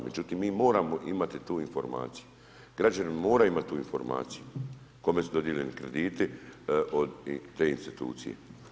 Međutim, mi moramo imati tu informaciju, građani moraju imati tu informaciju, kome su dodijeljeni krediti od te institucije.